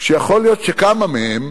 שיכול להיות שכמה מהם,